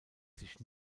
sich